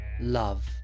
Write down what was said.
love